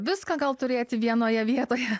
viską gal turėti vienoje vietoje